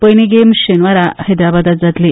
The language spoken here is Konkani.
पयली गेम शेनवारा हैद्राबादांत जातली